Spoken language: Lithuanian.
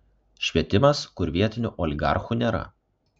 švietimas kur vietinių oligarchų nėra